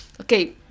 Okay